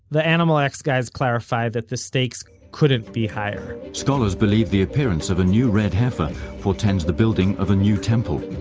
the animal x guys clarify that the stakes couldn't be higher scholars believe the appearance of a new red heifer portends the building of a new temple.